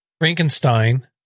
Frankenstein